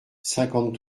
cinquante